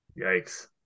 Yikes